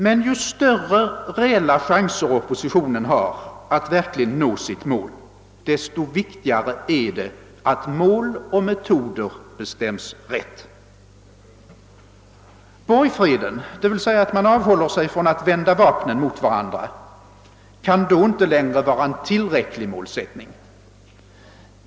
Men ju större reella chanser oppositionen har att verkligen nå sitt mål, desto viktigare är det att mål och metoder bestäms rätt. Borgfreden — d. v. s. att man avhåller sig från att vända vapnen emot varandra — kan då inte längre vara en tillräcklig målsättning.